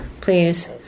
Please